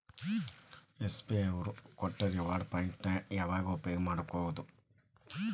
SBI ದವ್ರು ಕೊಟ್ಟ reward points ನ ಯಾವಾಗ ಉಪಯೋಗ ಮಾಡ್ಕೋಬಹುದು?